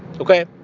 Okay